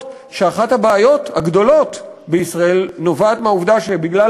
שאחת הבעיות הגדולות בישראל נובעת מהעובדה שבגלל